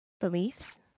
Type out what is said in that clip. beliefs